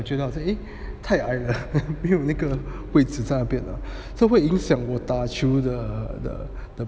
我觉得好像 eh 太矮了 没有那个位置在那边呢 so 会影响我打球的的